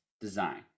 design